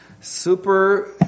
super